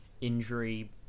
injury